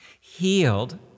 healed